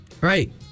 Right